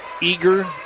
eager